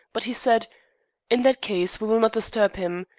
but he said in that case we will not disturb him.